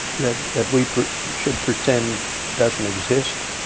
that that we should pretend doesn't exist.